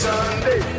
Sunday